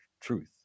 truth